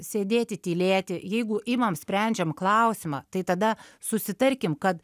sėdėti tylėti jeigu imam sprendžiam klausimą tai tada susitarkim kad